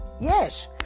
yes